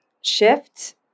shift